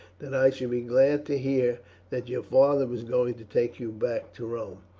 that i should be glad to hear that your father was going to take you back to rome.